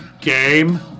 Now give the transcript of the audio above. game